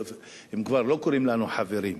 הם כבר לא קוראים לנו "חברים".